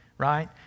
right